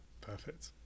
Perfect